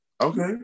okay